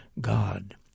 God